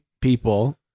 people